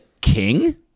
king